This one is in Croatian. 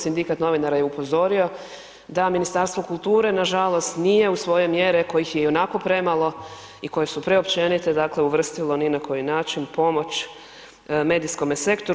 Sindikat novinara je upozorio da Ministarstvo kulture nažalost nije u svoje mjere kojih je ionako premalo i koje su preopćenite, dakle uvrstilo ni na koji način pomoć medijskome sektoru.